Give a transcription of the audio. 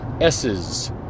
S's